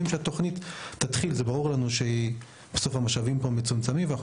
ברור לנו שבסוף המשאבים מצומצמים ואנחנו